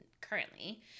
currently